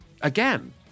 again